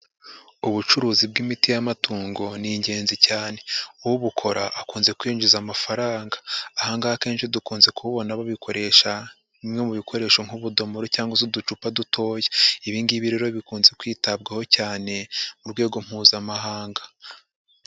Ubucuruzi bw'imiti y'amatungo ni ingenzi cyane, ubukora akunze kwinjiza amafaranga, aha ngaha akenshi dukunze kubona babikoresha bimwe mu bikoresho nk'ubudomoro cyangwa se uducupa dutoya, ibi ngibi rero bikunze kwitabwaho cyane mu rwego Mpuzamahanga.